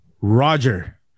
Roger